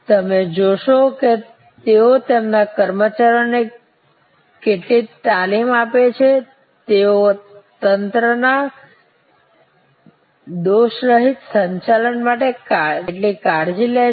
તમે જોશો કે તેઓ તેમના કર્મચારીઓને કેટલી તાલીમ આપે છે તેઓ તંત્ર ના દોષરહિત સંચાલન માટે કેટલી કાળજી લે છે